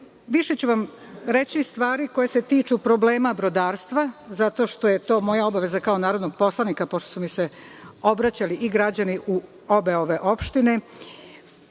Više ću vam reći stvari koje se tiču problema brodarstva, zato što je to moja obaveza kao narodnog poslanika, poštu su mi se obraćali građani u obe ove opštine,